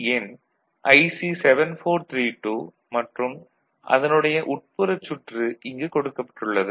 எண் IC 7432 மற்றும் அதனுடைய உட்புறச் சுற்று இங்கு கொடுக்கப்பட்டுள்ளது